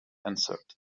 answered